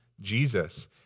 Jesus